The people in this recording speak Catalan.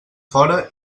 fora